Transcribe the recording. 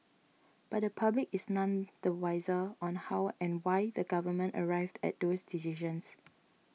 but the public is none the wiser on how and why the Government arrived at those decisions